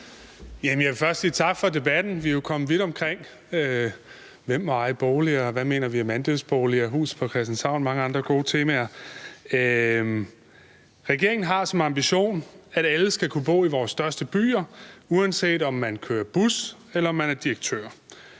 tak for debatten. Vi er jo kommet vidt omkring med, hvem der må eje boliger, hvad vi mener om andelsboliger, Huset på Christianshavn og mange andre gode temaer. Regeringen har som ambition, at alle skal kunne bo i vores største byer, uanset om man kører bus, eller om man er direktør.